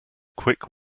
quick